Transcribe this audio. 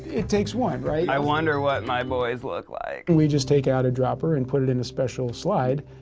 it takes one, right? i wonder what my boys look like. we just take out a dropper and put it in the special slide,